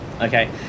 Okay